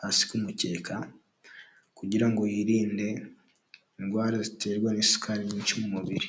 hasi ku mukeka kugira ngo yirinde indwara ziterwa n'isukari nyinshi mu mubiri.